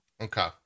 Okay